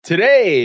Today